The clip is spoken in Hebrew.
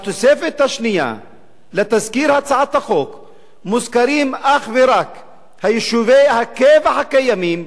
בתוספת השנייה לתזכיר הצעת החוק מוזכרים אך ורק יישובי הקבע הקיימים,